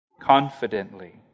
Confidently